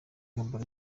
gabon